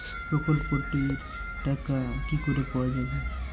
প্রকল্পটি র টাকা কি করে পাওয়া যাবে?